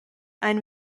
ein